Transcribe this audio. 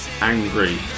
Angry